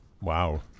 Wow